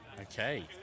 Okay